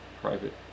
private